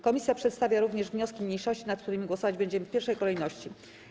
Komisja przedstawia również wnioski mniejszości, nad którymi głosować będziemy w pierwszej kolejności.